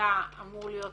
בקהילה אמור להיות